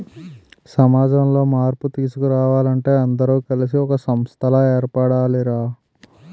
సమాజంలో మార్పు తీసుకురావాలంటే అందరూ కలిసి ఒక సంస్థలా ఏర్పడాలి రా